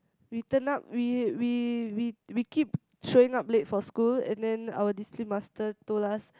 we turn up we we we we keep showing up late for school and then our discipline master told us